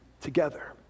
together